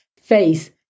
face